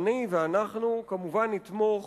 אני ואנחנו כמובן נתמוך